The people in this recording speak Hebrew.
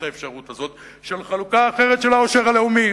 האפשרות הזאת של חלוקה אחרת של העושר הלאומי.